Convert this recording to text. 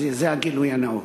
אז זה הגילוי הנאות.